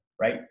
right